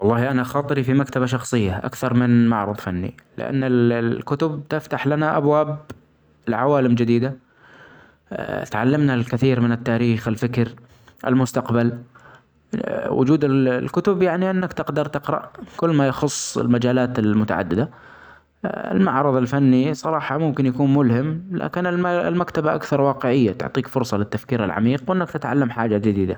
والله أنا خاطري في مكتبة سشخصية أكثر من معرض فني لأن ال-الكتب تفتح لنا أبواب لعوالم جديدة، تعلمنا المكثير من التاريخ ، الفكر ، المستقبل ، وجود الكتب يعني أنك تجدر تقرأ ، كل ما يخص المجالات المتعددة ، المعرض الفني صراحة ممكن يكون ملهم لكن المكتبة أكثر واقعية تعطيك فرصة للتفكير العميق وأنك تتعلم حاجة جديدة.